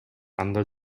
анда